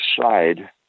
side